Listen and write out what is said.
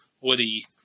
Woody